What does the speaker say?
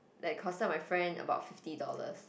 that costed my friend about fifty dollars